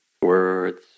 words